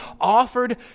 offered